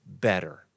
better